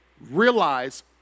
realize